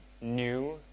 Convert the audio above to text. new